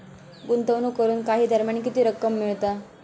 गुंतवणूक करून काही दरम्यान किती रक्कम मिळता?